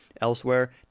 Elsewhere